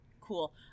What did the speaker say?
cool